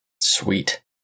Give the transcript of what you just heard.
Sweet